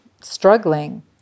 struggling